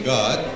God